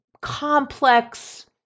complex